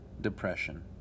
Depression